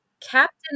Captain